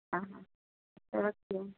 हाँ